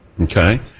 Okay